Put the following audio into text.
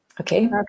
Okay